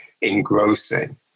engrossing